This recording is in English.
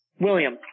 William